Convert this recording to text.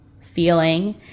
feeling